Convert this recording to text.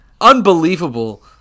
Unbelievable